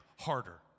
harder